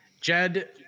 Jed